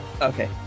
Okay